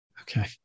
Okay